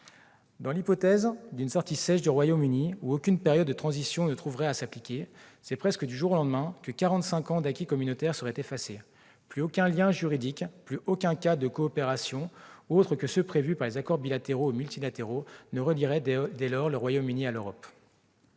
Dans l'hypothèse d'une sortie « sèche » du Royaume-Uni, où aucune période de transition ne trouverait à s'appliquer, c'est presque du jour au lendemain que quarante-cinq ans d'acquis communautaires seraient effacés. Plus aucun lien juridique, plus aucun cadre de coopération autres que ceux qui sont prévus par les accords bilatéraux et multilatéraux ne lieraient dès lors le Royaume-Uni à l'Europe.